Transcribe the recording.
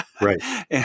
Right